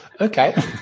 Okay